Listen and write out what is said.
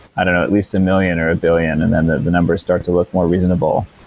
i don't know, at least a million or a billion and then the the numbers start to look more reasonable.